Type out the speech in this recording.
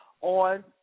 on